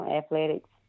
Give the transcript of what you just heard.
athletics